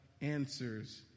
answers